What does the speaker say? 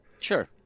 sure